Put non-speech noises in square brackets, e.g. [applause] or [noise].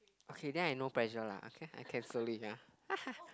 okay then I no pressure lah okay I can slowly ya [laughs]